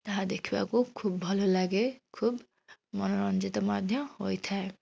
ତାହା ଦେଖିବାକୁ ଖୁବ୍ ଭଲ ଲାଗେ ଖୁବ୍ ମନୋରଞ୍ଜିତ ମଧ୍ୟ ହୋଇଥାଏ